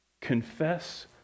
confess